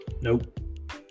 Nope